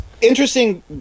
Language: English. interesting